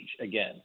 again